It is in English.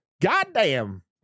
Goddamn